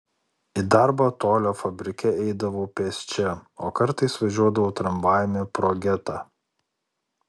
į darbą tolio fabrike eidavau pėsčia o kartais važiuodavau tramvajumi pro getą